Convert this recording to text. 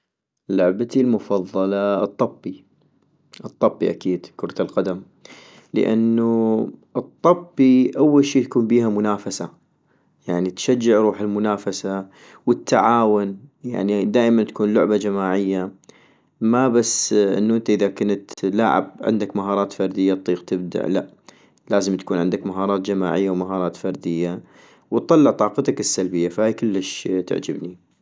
لعبتي المفضلة الطبي، الطبي اكيد كرة القدم - لانو الطبي اول شي تكون بيها منافسة ، يعني تشجع روح المنافسة والتعاون ، يعني دائما تكون لعبة جماعية ، ما بس يعني انو انت اذا كنت لاعب عندك مهارات فردية اطيق تبدع لأ، لازم تكون عندك مهارات جماعية ومهارات فردية، واطلع طاقتك السلبية - فهاي كلش تعجبني